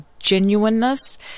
genuineness